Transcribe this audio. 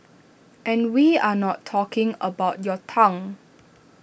and we are not talking about your tongue